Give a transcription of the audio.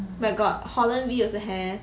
but got holland V also have